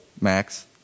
Max